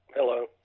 Hello